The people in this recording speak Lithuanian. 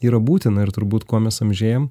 yra būtina ir turbūt kuo mes amžėjam